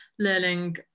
learning